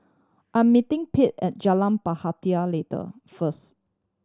I'm meeting Pete at Jalan Bahtera later first